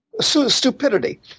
stupidity